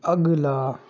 اگلا